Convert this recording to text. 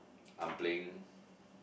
I'm playing